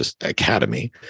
academy